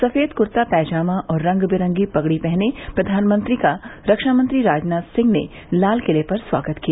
सफेद कूर्ता पैजामा और रंग बिरंगी पगड़ी पहने प्रधानमंत्री का रक्षामंत्री राजनाथ सिंह ने लालाकिले पर स्वागत किया